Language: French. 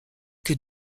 que